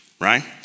right